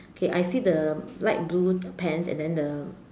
okay I see the light blue pants and then the